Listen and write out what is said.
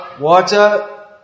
Water